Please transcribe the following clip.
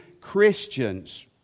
Christians